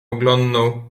oglądnął